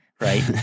right